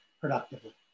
productively